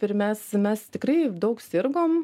ir mes mes tikrai daug sirgom